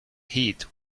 heat